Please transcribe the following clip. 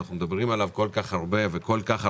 אנחנו מדברים עליו כל כך הרבה שנים.